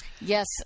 Yes